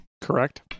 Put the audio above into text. Correct